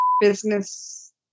business